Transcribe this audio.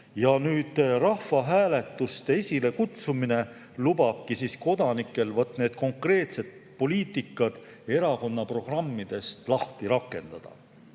suhtes. Rahvahääletuste esilekutsumine lubabki kodanikel need konkreetsed poliitikad erakondade programmidest lahti rakendada.